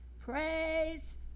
praise